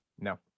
No